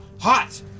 Hot